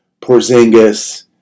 Porzingis